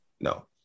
no